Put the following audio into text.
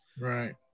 Right